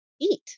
eat